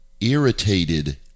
irritated